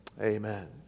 Amen